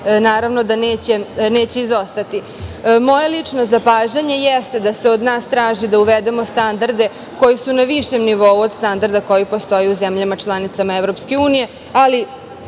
naravno da neće izostati. Moje lično zapažanje jeste da se od nas traži da uvedemo standarde koji su na višem nivou od standarda koji postoje u zemljama članicama EU, ali